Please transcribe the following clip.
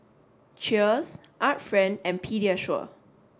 Cheers Art Friend and Pediasure